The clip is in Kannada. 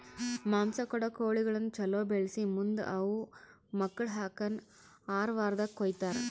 ಮಾಂಸ ಕೊಡೋ ಕೋಳಿಗಳನ್ನ ಛಲೋ ಬೆಳಿಸಿ ಮುಂದ್ ಅವು ಮಕ್ಕುಳ ಹಾಕನ್ ಆರ ವಾರ್ದಾಗ ಕೊಯ್ತಾರ